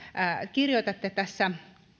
kirjoitatte tässä